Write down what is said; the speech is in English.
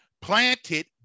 planted